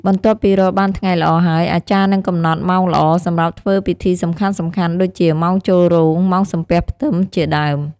បន្ទាប់ពីរកបានថ្ងៃល្អហើយ អាចារ្យនឹងកំណត់ ម៉ោងល្អ សម្រាប់ធ្វើពិធីសំខាន់ៗ ដូចជា ម៉ោងចូលរោង ម៉ោងសំពះផ្ទឹម ជាដើម។